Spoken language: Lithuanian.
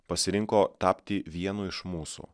pasirinko tapti vienu iš mūsų